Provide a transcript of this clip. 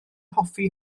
hoffi